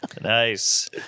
nice